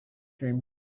dream